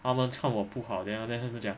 他们看我不好 then after that 他们讲